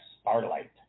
Starlight